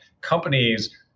companies